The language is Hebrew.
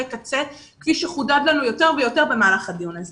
קצה כפי שחודד לנו יותר ויותר במהלך הדיון הזה